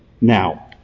now